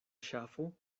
ŝafo